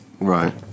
Right